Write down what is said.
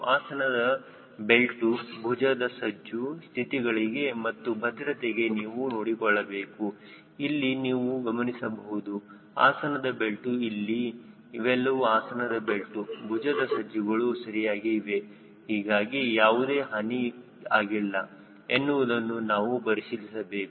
ಆಸನದ ಬೆಲ್ಟು ಭುಜದ ಸಜ್ಜು ಸ್ಥಿತಿಗಳಿಗೆ ಮತ್ತು ಭದ್ರತೆಗೆ ನೀವು ನೋಡಿಕೊಳ್ಳಬೇಕು ಇಲ್ಲಿ ನೀವು ಗಮನಿಸಬಹುದು ಆಸನದ ಬೆಲ್ಟು ಇಲ್ಲಿ ಇವೆಲ್ಲವೂ ಆಸನದ ಬೆಲ್ಟು ಭುಜದ ಸಜ್ಜು ಗಳನ್ನು ಸರಿಯಾಗಿ ಇವೆ ಯಾವುದೇ ಹಾನಿ ಆಗಿಲ್ಲ ಎನ್ನುವುದನ್ನು ನಾವು ಪರಿಶೀಲಿಸಬೇಕು